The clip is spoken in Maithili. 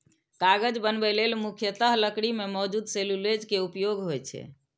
कागज बनबै लेल मुख्यतः लकड़ी मे मौजूद सेलुलोज के उपयोग होइ छै